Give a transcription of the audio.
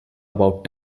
about